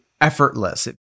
effortless